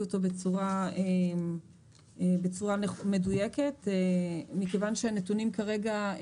אותו בצורה מדויקת מכיוון שהנתונים כרגע,